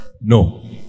No